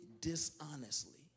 dishonestly